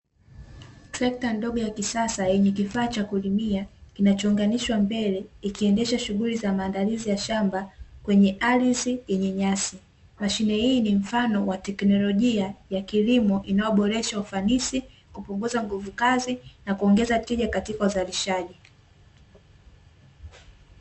Trekta ndogo ya kisasa yenye kifaa cha kulimia kinachounganishwa mbele, ikiendesha shughuli za maandalizi ya shamba kwenye ardhi yenye nyasi. Mashine hii ni mfano wa teknolojia ya kilimo inayoboreshwa ufanisi, kupunguza nguvu kazi, na kuongeza tija katika uzalishaji.